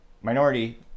minority